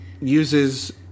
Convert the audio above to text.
uses